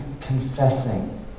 confessing